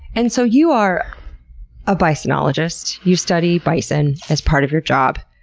and so you are a bisonologist. you study bison as part of your job,